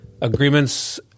agreements